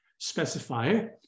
specifier